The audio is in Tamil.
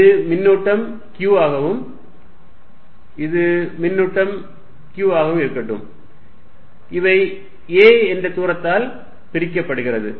இது மின்னூட்டம் Q ஆகவும் இது மின்னூட்டம் Q ஆகவும் இருக்கட்டும் இவை a என்ற தூரத்தால் பிரிக்கப்படுகிறது